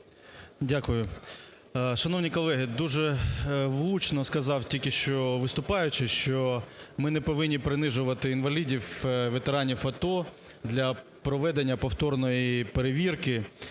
В.В. Шановні колеги, дуже влучно сказав тільки що виступаючий, що ми не повинні принижувати інвалідів - ветеранів АТО для проведення повторної перевірки.